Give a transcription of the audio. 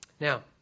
Now